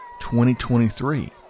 2023